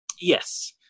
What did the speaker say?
Yes